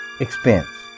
expense